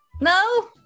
no